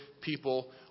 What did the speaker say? people